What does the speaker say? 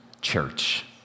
church